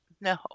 No